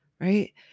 right